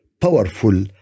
powerful